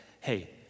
hey